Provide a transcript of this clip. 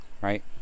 right